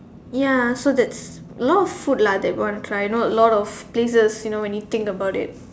ya so that's a lot of food lah that we want to try you know a lot of places when you think about it